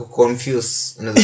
confused